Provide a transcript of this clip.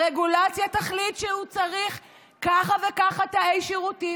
הרגולציה תחליט שהוא צריך ככה וככה תאי שירותים,